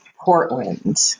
Portland